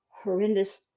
horrendous